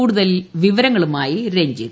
കൂടുതൽ വിവരങ്ങളുമായി രഞ്ജിത്